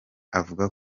avuga